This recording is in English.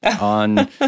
on